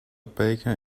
baker